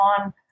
on